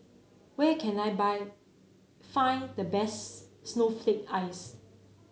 where can I buy find the bests Snowflake Ice